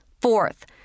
Fourth